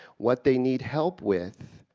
what they need help with,